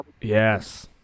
Yes